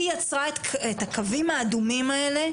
היא יצרה את הקווים האדומים האלה,